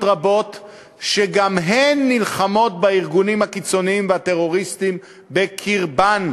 רבות שגם הן נלחמות בארגונים הקיצוניים והטרוריסטיים בקרבן,